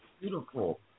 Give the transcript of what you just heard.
beautiful